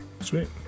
Sweet